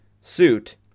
suit